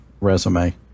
resume